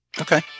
okay